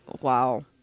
wow